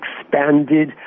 expanded